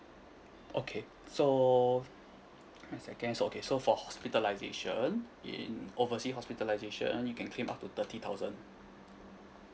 okay so give me a second so for hospitalisation in oversea hospitalisation you can claim up to thirty thousand